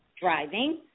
driving